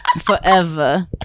Forever